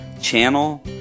channel